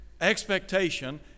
expectation